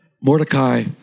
Mordecai